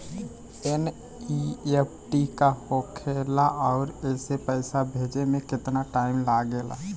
NEFT का होखे ला आउर एसे पैसा भेजे मे केतना टाइम लागेला?